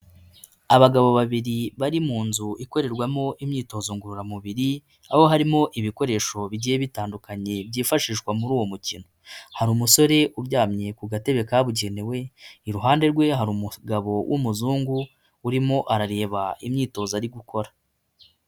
Abagabo babiri bari mu nzu ikorerwamo imyitozo ngororamubiri, aho harimo ibikoresho bigiye bitandukanye byifashishwa muri uwo mukino. Hari umusore uryamye ku gatebe kabugenewe iruhande rwe hari umugabo w'umuzungu urimo arareba imyitozo ari gukora.